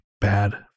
bad